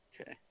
Okay